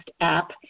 app